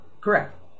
Correct